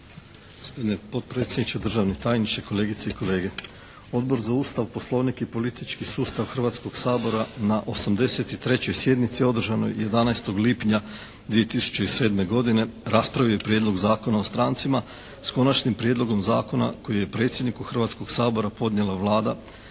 Gospodine potpredsjedniče, državni tajniče, kolegice i kolege! Odbor za Ustav, Poslovnik i politički sustav Hrvatskog sabora na 83. sjednici održanoj 11. lipnja 2007. godine raspravio je Prijedlog zakona o strancima s konačnim prijedlogom zakona koji je predsjedniku Hrvatskog sabora podnijela Vlada